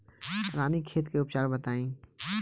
रानीखेत के उपचार बताई?